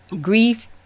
grief